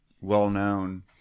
well-known